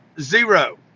zero